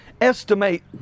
estimate